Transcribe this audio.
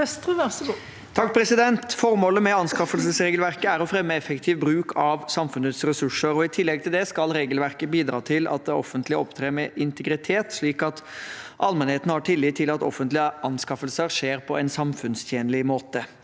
Formålet med anskaffelsesregelverket er å fremme effektiv bruk av samfunnets ressurser. I tillegg til det skal regelverket bidra til at det offentlige opptrer med integritet, slik at allmennheten har tillit til at offentlige anskaffelser skjer på en samfunnstjenlig måte.